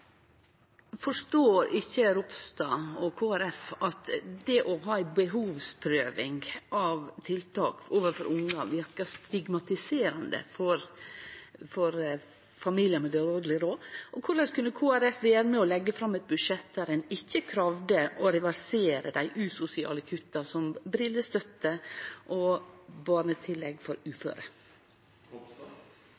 Forstår ikkje Ropstad og Kristeleg Folkeparti at det å ha ei behovsprøving av tiltak overfor ungar verkar stigmatiserande for familiar med dårleg råd? Og korleis kunne Kristeleg Folkeparti vere med og leggje fram eit budsjett der ein ikkje kravde å reversere dei usosiale kutta, som brillestøtte og barnetillegg for